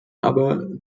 aber